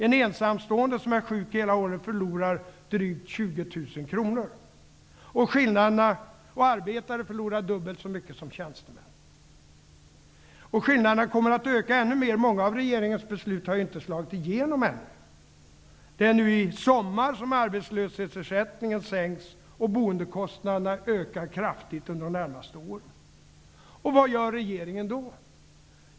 En ensamstående som är sjuk ett helt år förlorar drygt 20 000 kronor. Arbetare förlorar dubbelt så mycket som tjänstemän. Skillnaderna kommer att öka ännu mer. Många av regeringens beslut har ju ännu inte slagit igenom. Det är nu i sommar som arbetslöshetsersättningen sänks, och boendekostnaderna höjs kraftigt under de närmaste åren. Vad gör regeringen då?